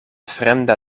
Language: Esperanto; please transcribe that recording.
fremda